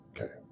okay